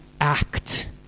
act